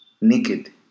naked